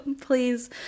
please